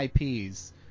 IPs